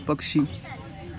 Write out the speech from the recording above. पक्षी